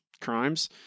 crimes